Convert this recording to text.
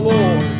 Lord